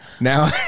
now